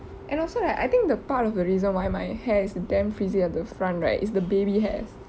and also like I think a part of the reason why my hair is damn frizzy at the front right is the baby hair